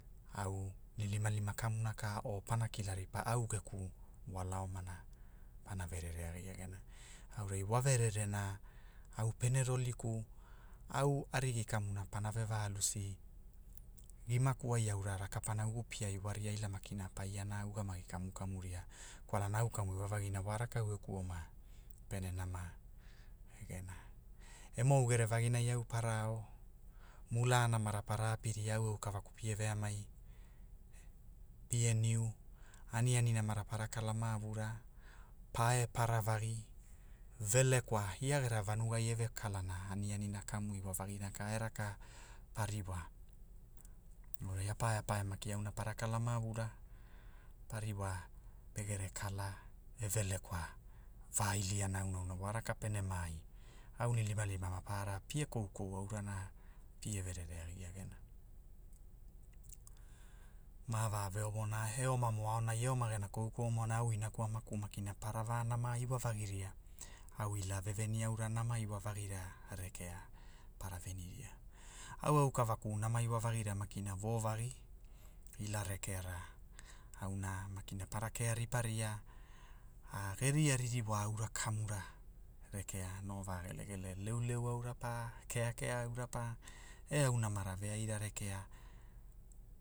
Au- nilimalima kamuna ka o pana kila ripa au geku, wala omana, pana verere agia gena, geurai wa vererena au pene roliku, au arigi kamuna pana ve ra lusi, giamaku ai aura raka pana ugu piai iwa ria ila makina pai ana ugamagi kamu kamu ria, kwalana au kamu iwavagina wa rakau eku oma pene nama, gena, e mou gerevaginai au para ao, mulaa namara para apiria au aukavaku pie veamai, pie niu, aniani namara para kala mavura, pae para vagi, velekwa, ia gera vanugai eve kalana anianina kamu iwavagina ka e raka pariva, wo apaeapae makina para kala mavura, pariwa pegere kala, e velekwa, va iliana aunaaunana wa raka pene maai aunilimalima maparara pie koukou aurana, pie verere agia gena, ma va veovona e oma mo aonai e oma gena koukou ma aonai au inaku e amaku makina para va nama iwavagiria, au ila veveni aura namaiwavagira a rekea, para veninia, au aukavaku nama iwavagiria makina vovagi, ila rekeara, auna, makina para kearipa ria, a- geria ririwa aura kamura rekea no wa gelegele leuleu auna pa, keakea aura pa, e aunamara veaira rekea